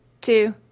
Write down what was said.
two